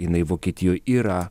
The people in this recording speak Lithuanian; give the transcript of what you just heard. jinai vokietijoj yra